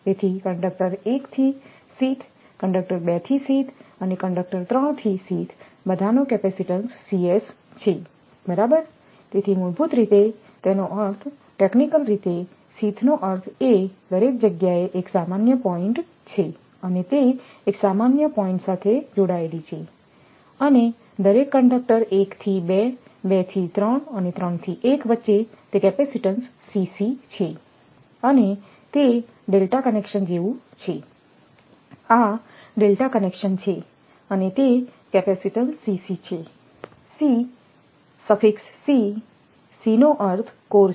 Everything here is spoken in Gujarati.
તેથી કંડકટર 1 થી શીથ કંડક્ટર 2 થી શીથ અને કંડક્ટર 3 થી શીથ બધાનો કેપેસિટીન્સ છેબરાબર તેથી પરંતુ મૂળભૂત રીતે તેનો અર્થ ટેક્નિકલ રીતે શીથ નો અર્થ એ દરેક જગ્યાએ એક સામાન્ય પોઇન્ટ્ છે અને તે એક સામાન્ય પોઇન્ટ્સાથે જોડાયેલી છેઅને દરેક કંડક્ટર 1 થી 2 2 થી 3 અને 3 થી 1 વચ્ચે તે કેપેસિટીન્સ છે અને તે ડેલ્ટા કનેક્શન જેવું છે આ ડેલ્ટા કનેક્શન છે અને તે કેપેસિટીન્સ છે C સફિક્સ c c નો અર્થ કોર છે